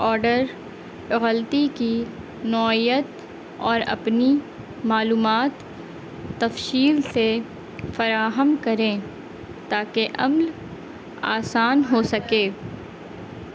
order غلطی کی نوعیت اور اپنی معلومات تفصیل سے فراہم کریں تاکہ عمل آسان ہو سکے